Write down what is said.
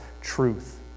truth